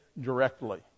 directly